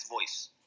voice